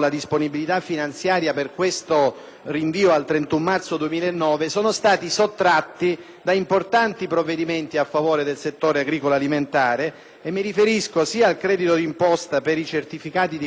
la disponibilità finanziaria per questo rinvio al 31 marzo 2009 sono stati sottratti da importanti provvedimenti a favore del settore agricolo-alimentare; mi riferisco sia al credito d'imposta per i certificati di controllo di qualità